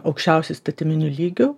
aukščiausiu įstatyminiu lygiu